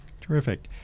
Terrific